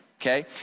Okay